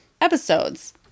episodes